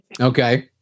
Okay